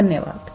धन्यवाद